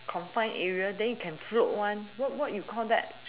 confined area then you can float one what what you call that